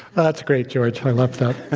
and that's great, george. i like that.